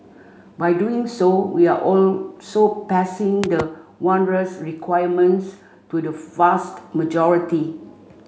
by doing so we are also passing the onerous requirements to the fast majority